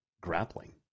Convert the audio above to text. grappling